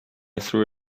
threw